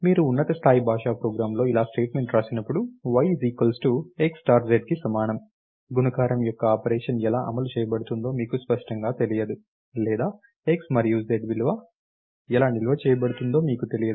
మీరు ఉన్నత స్థాయి భాషా ప్రోగ్రామ్లో ఇలా స్టేట్మెంట్ వ్రాసినప్పుడు y x zకి సమానం గుణకారం యొక్క ఆపరేషన్ ఎలా అమలు చేయబడుతుందో మీకు స్పష్టంగా తెలియదు లేదా x మరియు z ఎలా నిల్వ చేయబడుతుందో మీకు తెలియదు